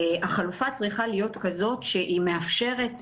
החלופה צריכה להיות כזאת שהיא מאפשרת